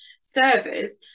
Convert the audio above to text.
servers